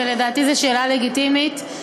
ולדעתי זו שאלה לגיטימית,